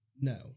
No